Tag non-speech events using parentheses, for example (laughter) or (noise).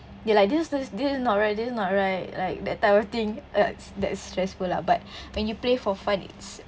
you like this this this is not right this is not right like that type of thing like that's stressful lah but (breath) when you play for fun it's